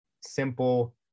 simple